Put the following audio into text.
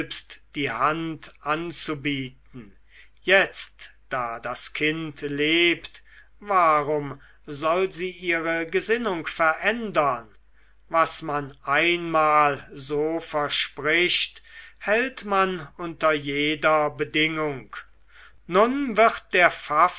die hand anzubieten jetzt da das kind lebt warum soll sie ihre gesinnung verändern was man einmal so verspricht hält man unter jeder bedingung nun wird der